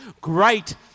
great